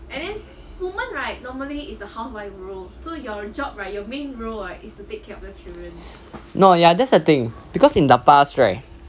no ya that's the thing because in the past right